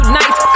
nice